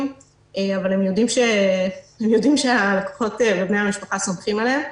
אבל הם יודעים שהלקוחות ובני המשפחה סומכים עליהם.